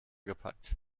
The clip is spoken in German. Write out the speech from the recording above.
gepackt